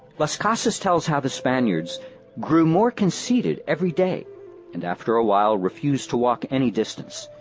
las casas tells how the spaniards grew more conceited every day and after a while refused to walk any distance.